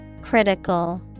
Critical